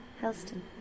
Helston